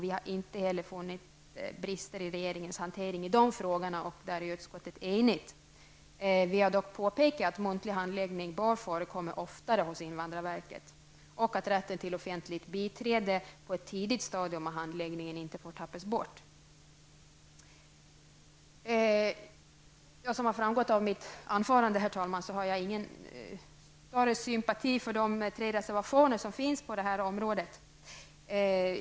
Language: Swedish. Vi har inte funnit några brister i regeringens hantering av dessa frågor. Utskottet är enigt men har påpekat att muntlig handläggning bör förekomma oftare hos invandrarverket och att rätten till offentligt biträde på ett tidigt stadium av handläggningen inte får tappas bort. Som torde ha framgått av mitt anförande, herr talman, har jag ingen större sympati för de tre reservationer som finns på det här området.